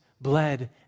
bled